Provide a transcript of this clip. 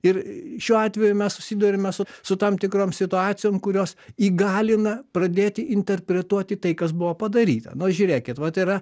ir šiuo atveju mes susiduriame su su tam tikrom situacijom kurios įgalina pradėti interpretuoti tai kas buvo padaryta na žiūrėkit vat yra